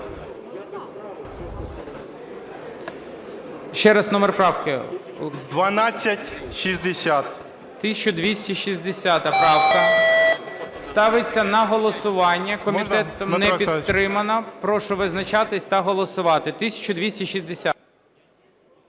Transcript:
1260 правка ставиться на голосування. Комітетом не підтримана. Прошу визначатись та голосувати. 1260-а.